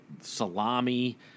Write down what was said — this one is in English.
salami